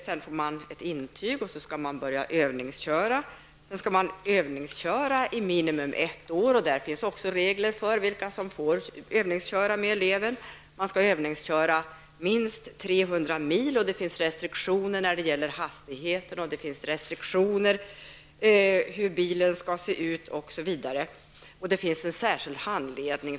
Därefter får man ett intyg och kan då börja övningskörningen, som skall pågå minst under ett år. Det finns också regler för vilka som får övningsköra med elever. Övningskörningen skall omfatta minst 300 mil. Det finns vidare restriktioner beträffande hastigheten och för hur bilen får se ut, osv. Man har också tagit fram en särskild handledning.